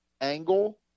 angle